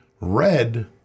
Red